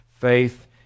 faith